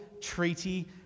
treaty